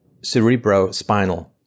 cerebrospinal